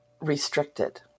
restricted